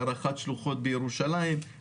הארכת שלוחות בירושלים,